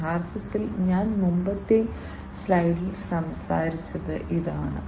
യഥാർത്ഥത്തിൽ ഞാൻ മുമ്പത്തെ സ്ലൈഡിൽ സംസാരിച്ചത് ഇതാണ്